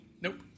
Nope